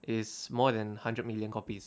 is more than hundred million copies